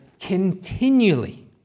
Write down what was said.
continually